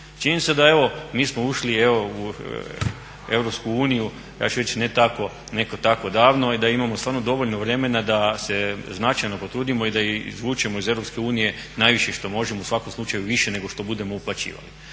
Činjenica da evo mi smo ušli u evo Europsku uniju, ja ću reći ne tako davno i da imamo stvarno dovoljno vremena da se značajno potrudimo i da izvučemo iz Europske unije najviše što možemo, u svakom slučaju više nego što budemo uplaćivali.